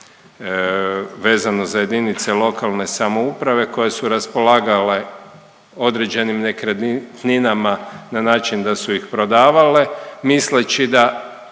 vezano za jedinice lokalne samouprave koje su raspolagale određenim nekretninama na način da su ih prodavale misleći da